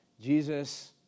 Jesus